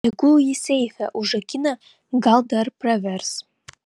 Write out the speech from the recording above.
tegul jį seife užrakina gal dar pravers